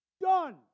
Done